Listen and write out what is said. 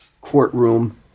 courtroom